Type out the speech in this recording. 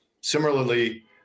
Similarly